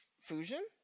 Fusion